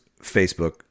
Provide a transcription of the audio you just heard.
Facebook